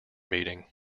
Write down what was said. meeting